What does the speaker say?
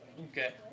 Okay